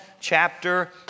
chapter